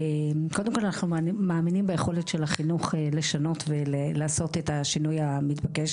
קודם כל אנחנו מאמינים ביכולת של החינוך לשנות ולעשות את השינוי המתבקש,